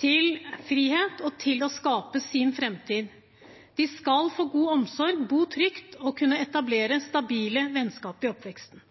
til frihet og til å skape sin framtid. De skal få god omsorg, bo trygt og kunne etablere stabile vennskap i oppveksten.